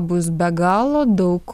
bus be galo daug